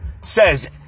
says